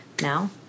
now